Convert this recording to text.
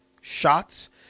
shots